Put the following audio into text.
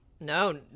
no